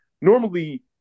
Normally